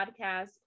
podcast